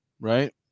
right